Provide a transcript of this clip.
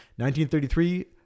1933